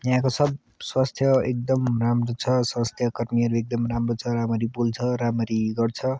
यहाँको सब स्वास्थ्य एकदम राम्रो छ स्वास्थ्यकर्मीहरू एकदम राम्रो छ राम्ररी बोल्छ राम्ररी गर्छ